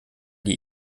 die